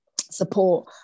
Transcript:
support